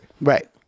Right